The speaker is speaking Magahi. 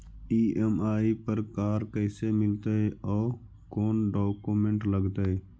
ई.एम.आई पर कार कैसे मिलतै औ कोन डाउकमेंट लगतै?